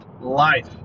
Life